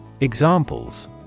Examples